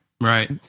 right